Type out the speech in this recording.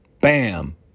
Bam